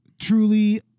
truly